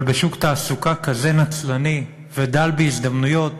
אבל בשוק תעסוקה כזה נצלני ודל בהזדמנויות,